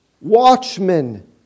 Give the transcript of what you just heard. watchmen